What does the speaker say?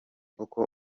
uko